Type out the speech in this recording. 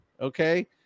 Okay